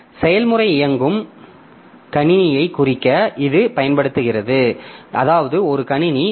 செயல்முறை இயங்கும் கணினியைக் குறிக்க இது பயன்படுகிறது அதாவது ஒரு கணினி 127